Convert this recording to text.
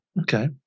Okay